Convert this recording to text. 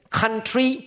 country